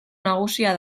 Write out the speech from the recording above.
nagusia